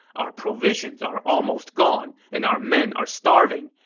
our provisions are almost gone and our men are starving.